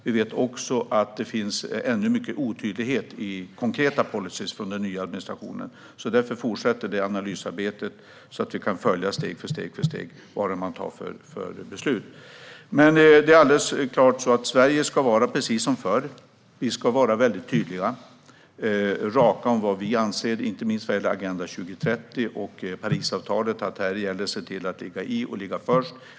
Vi vet också att det ännu finns mycket otydlighet i fråga om konkreta policyer från den nya administrationen. Därför fortsätter detta analysarbete, så att vi steg för steg kan följa vilka beslut som tas. Det är alldeles klart att Sverige ska vara precis som förr. Vi ska vara mycket tydliga och raka med vad vi anser, inte minst vad gäller Agenda 2030 och Parisavtalet, och med att det här gäller att ligga i och ligga först.